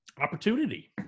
Opportunity